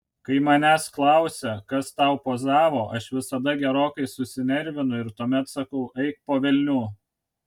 kai manęs klausia kas tau pozavo aš visada gerokai susinervinu ir tuomet sakau eik po velnių